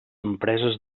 empreses